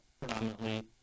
predominantly